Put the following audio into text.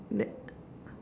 tha~